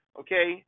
okay